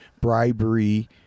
bribery